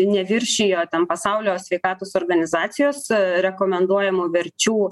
neviršijo ten pasaulio sveikatos organizacijos rekomenduojamų verčių